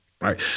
right